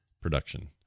production